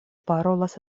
parolas